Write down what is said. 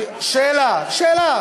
שאלה.